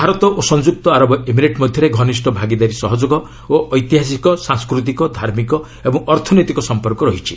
ଭାରତ ଓ ସଂଯୁକ୍ତ ଆରବ ଏମିରେଟ୍ ମଧ୍ୟରେ ଘନିଷ୍ଠ ଭାଗିଦାରୀ ସହଯୋଗ ଓ ଐତିହାସିକ ସାଂସ୍କୃତିକ ଧାର୍ମିକ ଏବଂ ଅର୍ଥନୈତିକ ସମ୍ପର୍କ ରହିଛି